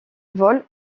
vole